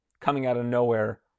coming-out-of-nowhere